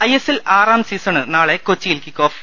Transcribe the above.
ISL ആറാം season നാളെ കൊച്ചിയിൽ കിക്കോഫ്